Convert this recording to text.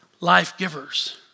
life-givers